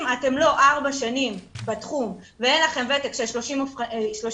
'אם אתן לא 4 שנים בתחום ואין לכן ותק של 30 אבחונים',